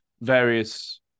various